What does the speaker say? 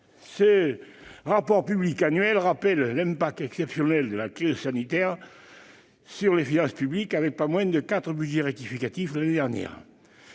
rapport public annuel rappelle l'impact exceptionnel de la crise sanitaire sur les finances publiques, avec pas moins de quatre budgets rectificatifs l'année dernière.